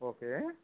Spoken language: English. okay